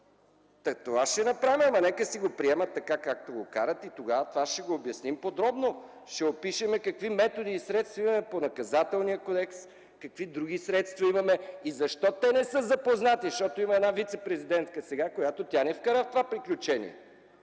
Това ще направим, но нека си го приемат така, както го карат. Тогава това ще обясним подробно. Ще опишем какви методи и средства имаме по Наказателния кодекс, какви други средства имаме. И защо те не са запознати? Защото сега има една вицепрезидентка, която ни вкара в това приключение.